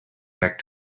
back